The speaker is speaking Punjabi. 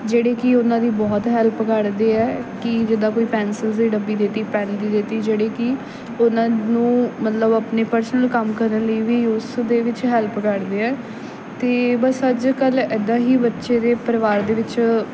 ਜਿਹੜੇ ਕਿ ਉਨ੍ਹਾਂ ਦੀ ਬਹੁਤ ਹੈਲਪ ਕਰਦੇ ਹੈ ਕਿ ਜਿੱਦਾਂ ਕੋਈ ਪੈਂਨਸਿਲਜ ਦੀ ਡੱਬੀ ਦੇਤੀ ਪੈੱਨ ਦੀ ਦੇਤੀ ਜਿਹੜੀ ਕਿ ਉਹਨਾਂ ਨੂੰ ਮਤਲਬ ਆਪਣੇ ਪਰਸਨਲ ਕੰਮ ਕਰਨ ਲਈ ਵੀ ਉਸਦੇ ਵਿੱਚ ਹੈਲਪ ਕਰਦੇ ਹੈ ਅਤੇ ਬਸ ਅੱਜ ਕੱਲ ਐਦਾਂ ਹੀ ਬੱਚੇ ਦੇ ਪਰਿਵਾਰ ਦੇ ਵਿੱਚ